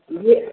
जी